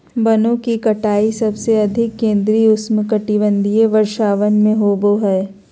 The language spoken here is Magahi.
वनों की कटाई सबसे अधिक केंद्रित उष्णकटिबंधीय वर्षावन में होबो हइ